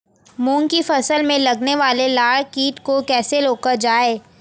मूंग की फसल में लगने वाले लार कीट को कैसे रोका जाए?